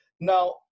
Now